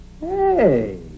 Hey